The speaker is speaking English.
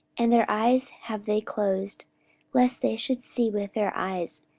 and their eyes have they closed lest they should see with their eyes,